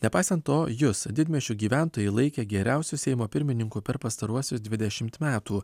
nepaisant to jus didmiesčių gyventojai laikė geriausiu seimo pirmininku per pastaruosius dvidešimt metų